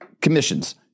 Commissions